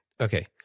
okay